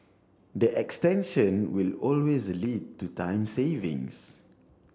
the extension will always lead to time savings